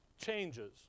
changes